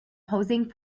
posing